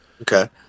Okay